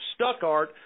Stuckart